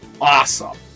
awesome